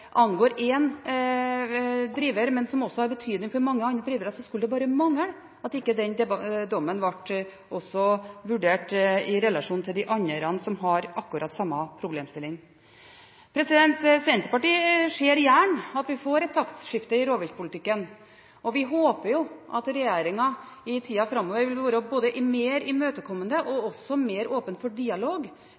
også har betydning for mange andre drivere, at ikke den dommen også ble vurdert i relasjon til de andre som har akkurat samme problemstilling. Senterpartiet ser gjerne at vi får et taktskifte i rovviltpolitikken, og vi håper jo at regjeringen i tida framover vil være både mer imøtekommende og mer åpen for dialog